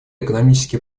экономические